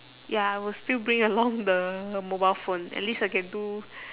ya I will still bring along the mobile phone at least I can do